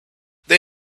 they